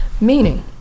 meaning